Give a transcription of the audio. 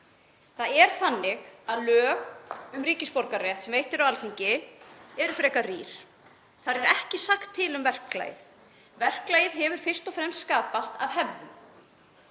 Það er þannig að lög um ríkisborgararétt sem veittur er af Alþingi eru frekar rýr. Þar er ekki sagt til um verklagið. Verklagið hefur fyrst og fremst skapast af hefð.